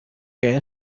que